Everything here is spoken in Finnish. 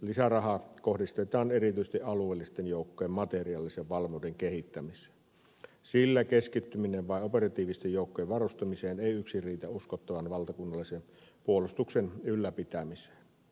lisäraha kohdistetaan erityisesti alueellisten joukkojen materiaalisen valmiuden kehittämiseen sillä keskittyminen vain operatiivisten joukkojen varustamiseen ei yksin riitä uskottavan valtakunnallisen puolustuksen ylläpitämiseen